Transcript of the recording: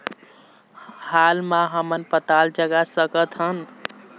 हाल मा हमन पताल जगा सकतहन?